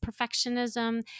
perfectionism